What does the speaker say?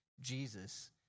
Jesus